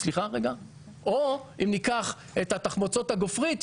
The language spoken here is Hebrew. אם ניקח את תחמוצות הגופרית,